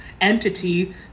entity